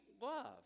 love